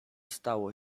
stało